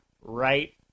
right